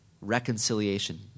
Reconciliation